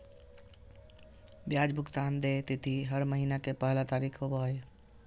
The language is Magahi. ब्याज भुगतान के देय तिथि हर महीना के पहला तारीख़ के होबो हइ